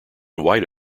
white